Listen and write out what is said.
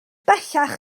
bellach